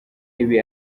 ibi